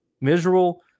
miserable